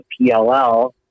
PLL